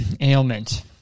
ailment